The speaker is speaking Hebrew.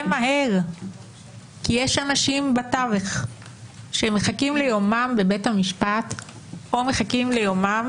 מהר כי יש אנשים בתווך שמחכים ליומם בבית המשפט או מחכים ליומם